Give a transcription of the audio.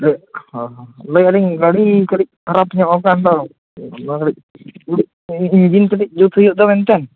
ᱦᱮᱸ ᱦᱮᱸ ᱞᱟᱹᱭᱮᱫᱟᱞᱤᱧ ᱜᱟᱹᱰᱤ ᱠᱟᱹᱴᱤᱡ ᱠᱷᱟᱨᱟᱯᱧᱚᱜ ᱟᱠᱟᱱᱟᱫᱚ ᱚᱱᱟ ᱠᱟᱹᱴᱤᱡ ᱤᱧᱡᱤᱱ ᱠᱟᱹᱴᱤᱡ ᱡᱩᱛ ᱦᱩᱭᱩᱜ ᱛᱟᱵᱤᱱᱫᱚ